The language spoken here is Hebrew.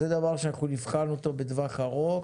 זה דבר שאנחנו נבחן אותו בטווח ארוך.